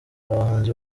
abahanzi